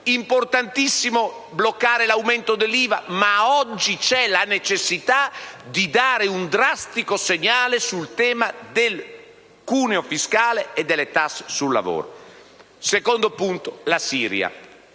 che il blocco dell'aumento dell'IVA, ma oggi c'è la necessità di dare un drastico segnale sul tema del cuneo fiscale e delle tasse sul lavoro. Quanto al secondo punto, cioè la Siria,